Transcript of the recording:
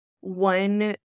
one